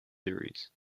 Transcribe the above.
theories